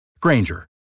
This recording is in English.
Granger